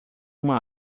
uma